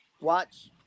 Watch